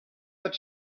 that